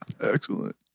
Excellent